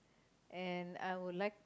and I would like to